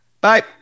Bye